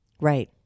Right